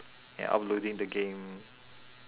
and uploading the game